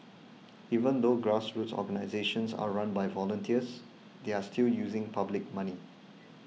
even though grassroots organisations are run by volunteers they are still using public money